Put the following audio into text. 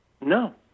No